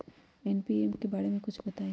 NPK बारे म कुछ बताई?